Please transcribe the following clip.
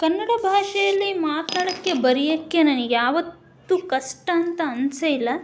ಕನ್ನಡ ಭಾಷೆಯಲ್ಲಿ ಮಾತನಾಡಕ್ಕೆ ಬರಿಯೋಕ್ಕೆ ನನಗ್ಯಾವತ್ತೂ ಕಷ್ಟ ಅಂತ ಅನ್ನಿಸೇ ಇಲ್ಲ